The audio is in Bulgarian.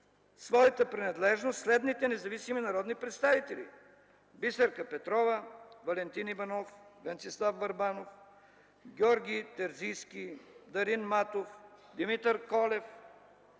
своята принадлежност следните независими народни представители: Бисерка Петрова, Валентин Иванов, Венцислав Върбанов, Георги Терзийски, Дарин Матов, Димитър Колев,